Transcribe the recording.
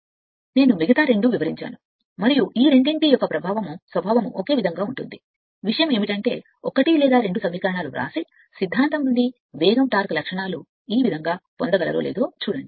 నేను వివరించిన మిగతా రెండు మరియు ఈ రెండింటి యొక్క స్వభావం మరియు ఈ రెండు సున్నితమైన విషయం ఏమిటంటే 1 లేదా 2 సమీకరణం మరియు తత్వశాస్త్రం నుండి సాచరాక్టరిస్టిక్ అని పిలవబడేవి ఏవి లేదా పొందగలదో లేదో చూడండి